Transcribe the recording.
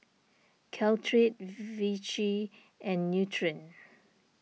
Caltrate Vichy and Nutren